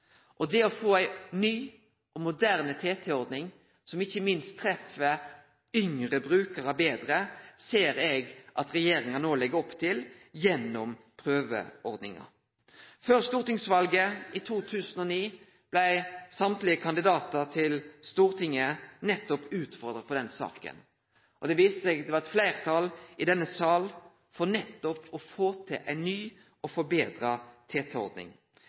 Det å få ei ny og moderne TT-ordning som ikkje minst treffer yngre brukarar betre, ser eg at regjeringa no legg opp til gjennom prøveordningar. Før stortingsvalet i 2009 blei alle kandidatar til Stortinget utfordra på nettopp den saka. Det viste seg at det var eit fleirtal i denne sal for å få til ei ny og forbetra